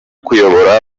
kuyobora